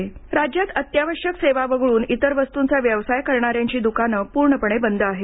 व्यापारी मागणी राज्यात अत्यावश्यक सेवा वगळून इतर वस्तूचा व्यवसाय करणाऱ्याची दुकानं पूर्णपणे बंद आहेत